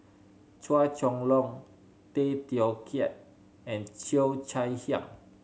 Chua Chong Long Tay Teow Kiat and Cheo Chai Hiang